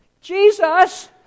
Jesus